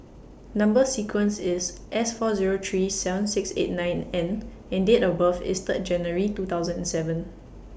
Number sequence IS S four Zero three seven six eight nine N and Date of birth IS Third January two thousand and seven